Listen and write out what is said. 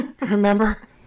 Remember